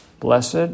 Blessed